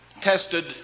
tested